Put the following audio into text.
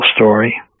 story